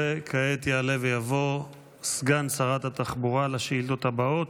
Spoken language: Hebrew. כעת יעלה ויבוא סגן שרת התחבורה לשאילתות הבאות.